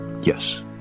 Yes